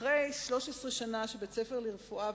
אחרי 13 שנה בבית-ספר לרפואה,